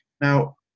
Now